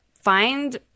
find